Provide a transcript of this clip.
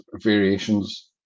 variations